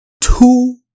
Two